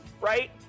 right